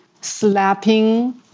slapping